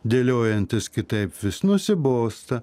dėliojantis kitaip vis nusibosta